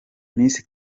miss